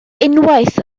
unwaith